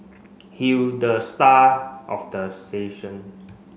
he'll the star of the